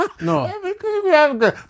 No